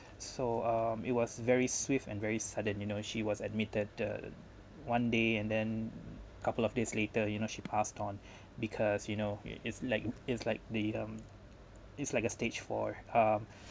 so um it was very swift and very sudden you know she was admitted the one day and then couple of days later you know she passed on because you know it it's like it's like the um it's like a stage four um